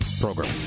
Program